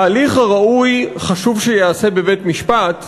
ההליך הראוי, חשוב שייעשה בבית-משפט,